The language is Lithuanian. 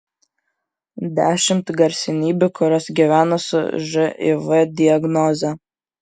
dešimt garsenybių kurios gyvena su živ diagnoze